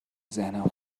ذهنم